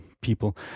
people